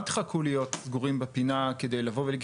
אל תחכו להיות סגורים בפינה כדי לבוא ולהגיד,